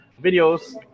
videos